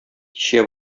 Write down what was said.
кичә